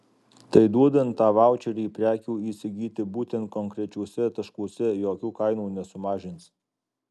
tai duodant tą vaučerį prekių įsigyti būtent konkrečiuose taškuose jokių kainų nesumažinsi